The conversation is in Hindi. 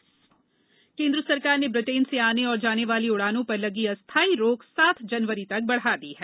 प्री ब्रिटेन उड़ान सरकार ने ब्रिटेन से आने और जाने वाली उड़ानों पर लगी अस्थाई रोक सात जनवरी तक बढ़ा दी है